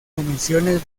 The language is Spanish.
comisiones